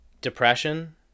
depression